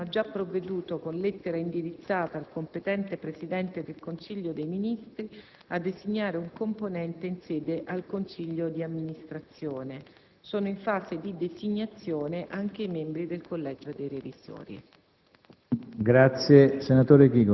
Al riguardo, il Ministro dell'Interno ha già provveduto, con lettera indirizzata al competente Presidente del Consiglio dei ministri, a designare un componente in seno al consiglio di amministrazione. Sono in fase di designazione anche i membri del collegio dei revisori.